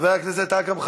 חבר הכנסת אכרם חסון,